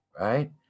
right